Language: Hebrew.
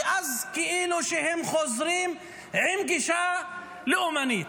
ואז כאילו שהם חוזרים עם גישה לאומנית.